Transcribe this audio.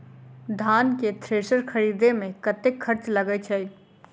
धान केँ थ्रेसर खरीदे मे कतेक खर्च लगय छैय?